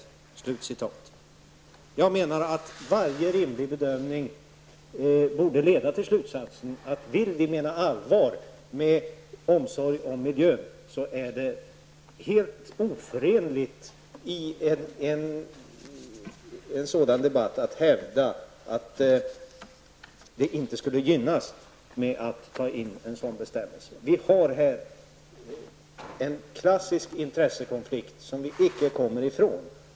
Jag menar att varje rimlig bedömning borde leda till slutsatsen att om vi vill mena allvar med omsorg om miljön är det helt oförenligt att i debatten hävda att det inte skulle vara bra att ta in en sådan bestämmelse. Vi har här en klassisk intressekonflikt som vi inte kommer ifrån.